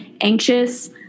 anxious